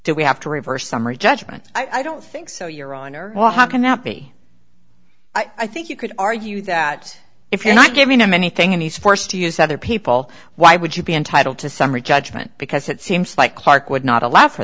do we have to reverse summary judgment i don't think so your honor well how can that be i think you could argue that if you're not giving him anything and he's forced to use other people why would you be entitled to summary judgment because it seems like clarke would not allow for